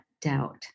doubt